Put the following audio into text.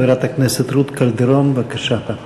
חברת הכנסת רות קלדרון, בבקשה.